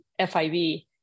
FIV